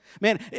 Man